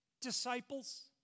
disciples